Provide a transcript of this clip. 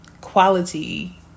quality